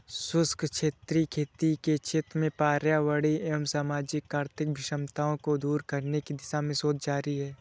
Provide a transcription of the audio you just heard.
शुष्क क्षेत्रीय खेती के क्षेत्र में पर्यावरणीय एवं सामाजिक आर्थिक विषमताओं को दूर करने की दिशा में शोध जारी है